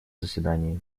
заседании